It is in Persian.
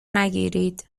نگیرید